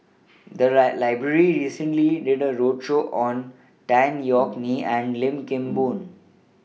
The lie Library recently did A roadshow on Tan Yeok Nee and Lim Kim Boon